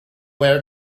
where